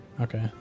Okay